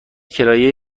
کرایه